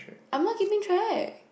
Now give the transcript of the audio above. I'm not keeping track